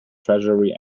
treasury